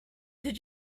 did